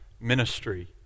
ministry